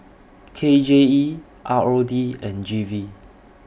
K J E R O D and G V